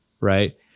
right